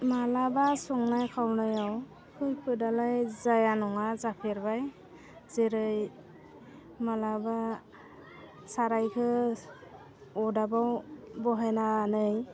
मालाबा संनाय खावनायाव खैफोदालाइ जाया नङा जाफेरबाय जेरै मालाबा साराइखौ अरदाबाव बहायनानै